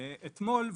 אתמול,